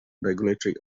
regulatory